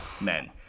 men